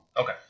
Okay